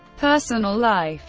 personal life